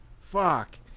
Fuck